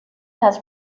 has